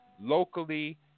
locally